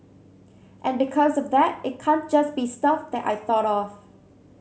and because of that it can't just be stuff that I thought of